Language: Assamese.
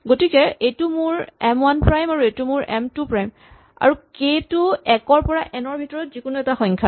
গতিকে এইটো মোৰ এম ৱান প্ৰাইম আৰু এইটো মোৰ এম টু প্ৰাইম আৰু কে টো এক ৰ পৰা এন ৰ ভিতৰত যিকোনো এটা সংখ্যা